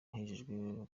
hemejwe